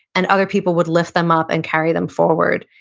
and other people would lift them up and carry them forward,